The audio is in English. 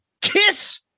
Kiss